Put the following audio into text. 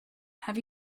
have